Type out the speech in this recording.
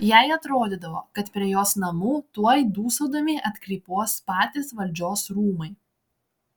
jai atrodydavo kad prie jos namų tuoj dūsaudami atkrypuos patys valdžios rūmai